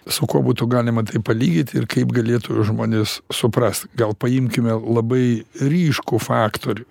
su kuo būtų galima tai palygit ir kaip galėtų žmonės suprast gal paimkime labai ryškų faktorių